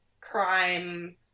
crime